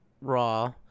Raw